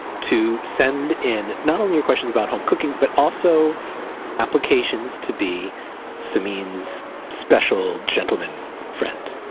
to send in not only your questions about home cooking but also applications to be samin's special gentleman friend